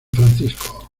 francisco